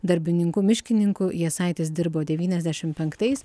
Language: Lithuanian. darbininku miškininku jasaitis dirbo devyniasdešim penktais